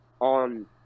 on